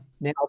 Now